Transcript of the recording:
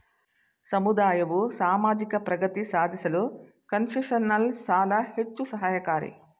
ಸಮುದಾಯವು ಸಾಮಾಜಿಕ ಪ್ರಗತಿ ಸಾಧಿಸಲು ಕನ್ಸೆಷನಲ್ ಸಾಲ ಹೆಚ್ಚು ಸಹಾಯಕಾರಿ